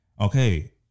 okay